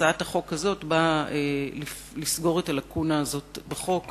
הצעת החוק הזאת באה לסגור את הלקונה הזאת בחוק,